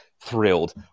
thrilled